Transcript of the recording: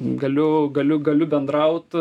galiu galiu galiu bendraut